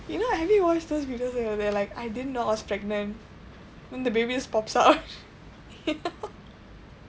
you know have you watch those videos where like I didn't know I was pregnant then the baby just pops out